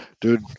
dude